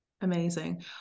Amazing